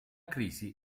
crisi